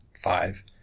five